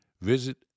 visit